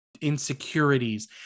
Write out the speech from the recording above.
insecurities